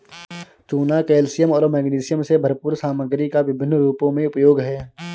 चूना कैल्शियम और मैग्नीशियम से भरपूर सामग्री का विभिन्न रूपों में उपयोग है